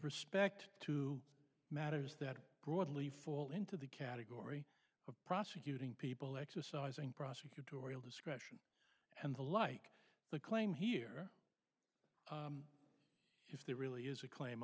respect to matters that are broadly fall into the category of prosecuting people exercising prosecutorial discretion and the like the claim here if there really is a claim